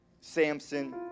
Samson